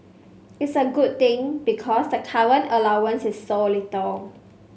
it's a good thing because the current allowance is so little